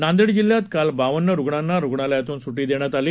नांदेड जिल्ह्यात काल बावन्न रुग्णांना रुग्णालयातून सुट्टी देण्यात आली